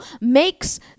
makes